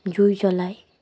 জুই জ্ৱলাই